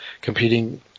competing